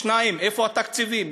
2. איפה התקציבים?